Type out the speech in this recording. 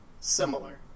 similar